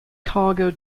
cargo